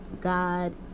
God